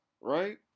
Right